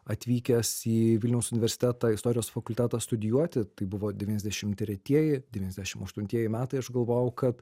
atvykęs į vilniaus universiteto istorijos fakultetą studijuoti tai buvo devyniasdešim tretieji devyniasdešim aštuntieji metai aš galvojau kad